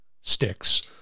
sticks